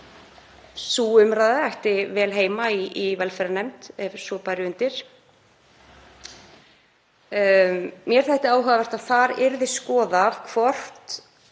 sú umræða ætti vel heima í velferðarnefnd ef svo bæri undir. Mér þætti áhugavert að þar yrði skoðað hvort